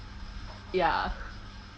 ya